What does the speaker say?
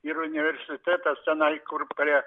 ir universitetas tenai kur prie